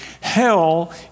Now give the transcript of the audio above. Hell